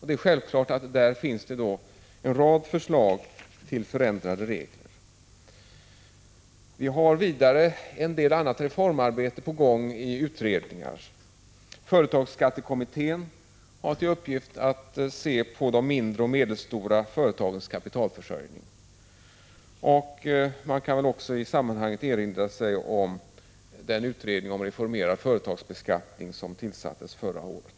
Det är självklart att det där finns en rad förslag till förändrade regler. Vidare har vi en del annat reformarbete på gång i utredningar. Företagsskattekommittén har till uppgift att utreda de mindre och medelstora företagens kapitalförsörjning. Man kan väl i sammanhanget också erinra sig den utredning om reformerad företagsbeskattning som tillsattes förra året.